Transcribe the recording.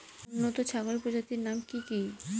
উন্নত ছাগল প্রজাতির নাম কি কি?